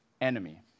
enemy